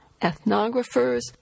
ethnographers